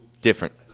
Different